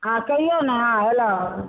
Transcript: हँ कहियो ने हेलो